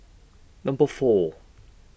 Number four